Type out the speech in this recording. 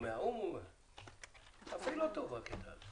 התקנה הזאת מדברת על הארכת תוקף של התקנות הכלליות.